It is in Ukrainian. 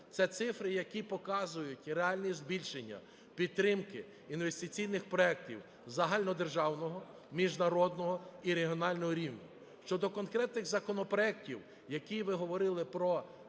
Це цифри, які показують і реальне збільшення підтримки інвестиційних проектів загальнодержавного, міжнародного і регіонального рівня. Щодо конкретних законопроектів, які ви говорили: про